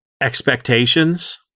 expectations